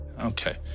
Okay